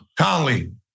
Conley